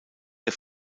der